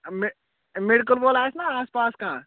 مےٚ میٚڈِکٕل وول آسہِ نہ آس پاس کانٛہہ